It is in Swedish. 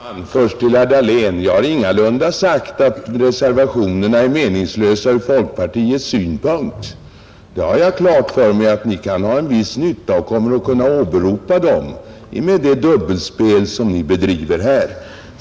Fru talman! Först vill jag säga till herr Dahlén, att jag har ingalunda sagt att reservationerna är meningslösa ur folkpartiets synpunkt. Jag har fullt klart för mig att ni har en viss nytta av att kunna åberopa dem, med det dubbelspel ni här bedriver.